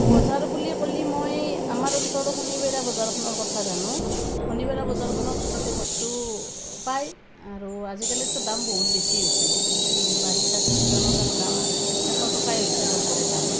বজাৰ বুলি কলি মই আমাৰ ওচৰৰ শনিবৰীয়া বজাৰ খনৰ কথা জানোঁ শনিবৰীয়া বজাৰখনত তাতে বস্তু পায় আৰু আজিকালিটো দাম বহুত বেছি হৈছে বাৰিষাৰ চিজনত আৰু দাম এশ টকাই হৈছে চবৰে দাম